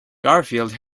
garfield